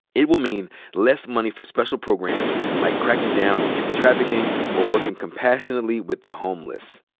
it will mean less money for special programs like cracking down on human trafficking or working compassionately with the homeless.